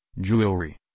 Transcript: jewelry